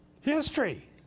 History